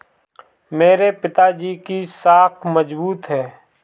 मेरे पिताजी की साख मजबूत है